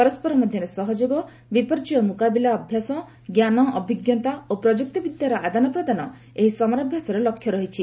ପରସ୍କର ମଧ୍ୟରେ ସହଯୋଗ ବିପର୍ଯ୍ୟୟ ମୁକାବିଲା ଅଭ୍ୟାସ ଜ୍ଞାନ ଅଭିଜ୍ଞତା ଓ ପ୍ରଯୁକ୍ତି ବିଦ୍ୟାର ଆଦାନ ପ୍ରଦାନ ଏହି ସମରାଭ୍ୟାସର ଲକ୍ଷ୍ୟ ରହିଛି